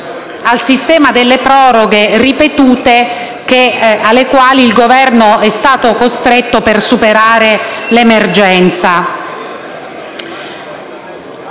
al sistema delle proroghe ripetute alle quali il Governo è stato costretto per superare l'emergenza.